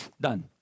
Done